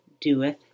doeth